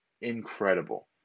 incredible